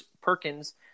Perkins